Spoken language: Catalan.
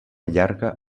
llarga